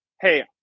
Hey